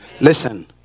Listen